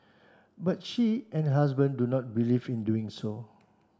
but she and her husband do not believe in doing so